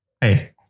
Hey